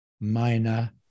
minor